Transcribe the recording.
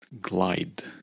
Glide